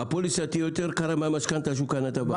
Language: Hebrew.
הפוליסה תהיה יותר יקרה מהמשכנתה שהוא קנה את הבית.